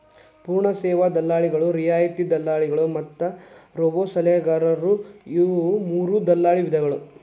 ಪೂರ್ಣ ಸೇವಾ ದಲ್ಲಾಳಿಗಳು, ರಿಯಾಯಿತಿ ದಲ್ಲಾಳಿಗಳು ಮತ್ತ ರೋಬೋಸಲಹೆಗಾರರು ಇವು ಮೂರೂ ದಲ್ಲಾಳಿ ವಿಧಗಳ